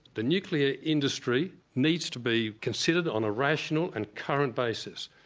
the nuclear industry needs to be considered on a rational and current basis,